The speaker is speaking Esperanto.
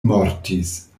mortis